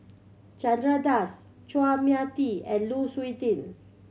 Chandra Das Chua Mia Tee and Lu Suitin